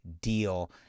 deal